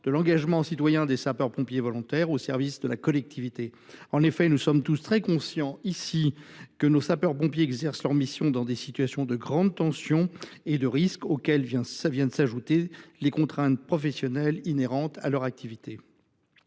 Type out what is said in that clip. de leur engagement citoyen au service de la collectivité. En effet, nous en sommes tous très conscients ici, nos sapeurs pompiers exercent leurs missions dans des situations de grande tension et de risque, auxquelles s’ajoutent les contraintes professionnelles inhérentes à leur activité.